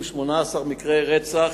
עם 18 מקרי רצח,